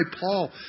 Paul